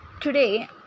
Today